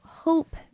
hope